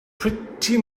pretty